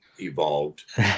evolved